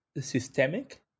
systemic